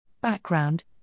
Background